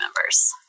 members